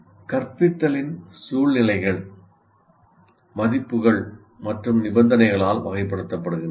கற்பித்தலின் சூழ்நிலைகள் மதிப்புகள் மற்றும் நிபந்தனைகளால் வகைப்படுத்தப்படுகின்றன